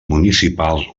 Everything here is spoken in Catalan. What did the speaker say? municipals